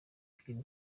queen